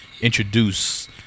Introduce